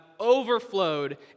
overflowed